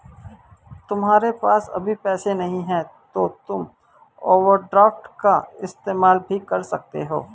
तुम्हारे पास अभी पैसे नहीं है तो तुम ओवरड्राफ्ट का इस्तेमाल भी कर सकते हो